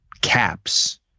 caps